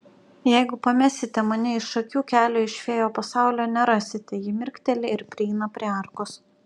jeigu pamesite mane iš akių kelio iš fėjų pasaulio nerasite ji mirkteli ir prieina prie arkos